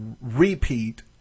repeat